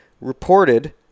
reported